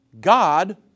God